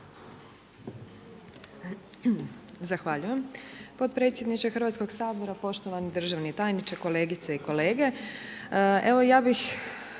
Zahvaljujem podpredsjedniče Hrvatskog sabora, poštovani državni tajniče, kolegice i kolege. Evo ja bih